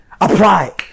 Apply